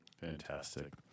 Fantastic